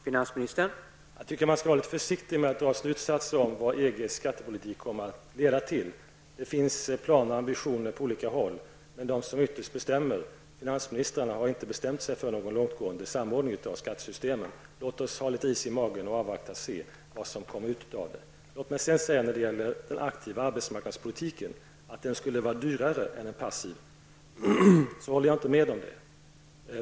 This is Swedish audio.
Herr talman! Jag tycker att man skall vara litet försiktig med att dra slutsatser av vad EGs skattepolitik kommer att leda till. Det finns planer och ambitioner på olika håll. Men de som ytterst bestämmer, finansministrarna, har inte bestämt sig för någon långtgående samordning av skattesystemen. Låt oss ha litet is i magen och avvakta för att se vad som kommer ut av detta. Låt mig sedan säga att när det gäller talet om att en aktiv arbetsmarknadspolitik skulle vara dyrare än en passiv så håller jag inte med om det.